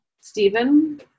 Stephen